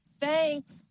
Thanks